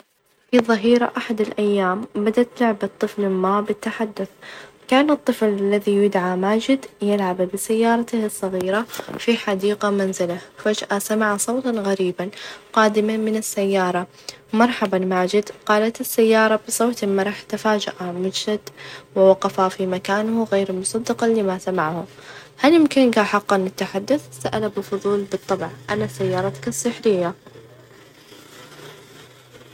في ظهيرة أحد الأيام بدت لعبة طفل ما بالتحدث، كان الطفل الذي يدعى ماجد يلعب بسيارته الصغيرة في حديقة منزله، فجأة سمع صوتًا غريبًا قادمًا من السيارة، مرحبًا ماجد، قالت السيارة بصوت مرح، تفاجأ ماجد، ووقف في مكانه غير مصدقًا لما سمعه هل يمكنك حقًا التحدث؟ سأل بفظول، بالطبع أنا سيارتك السحرية.